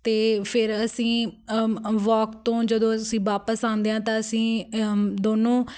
ਅਤੇ ਫਿਰ ਅਸੀਂ ਵੋਕ ਤੋਂ ਜਦੋਂ ਅਸੀਂ ਵਾਪਸ ਆਉਂਦੇ ਹਾਂ ਤਾਂ ਅਸੀਂ ਦੋਨੋਂ